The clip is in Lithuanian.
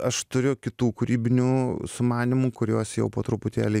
aš turiu kitų kūrybinių sumanymų kuriuos jau po truputėlį